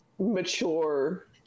mature